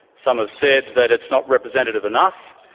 some have said that it's not representative enough.